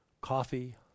coffee